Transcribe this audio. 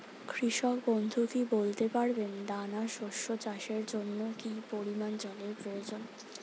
কৃষক বন্ধু কি বলতে পারবেন দানা শস্য চাষের জন্য কি পরিমান জলের প্রয়োজন?